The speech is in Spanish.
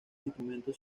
instrumentos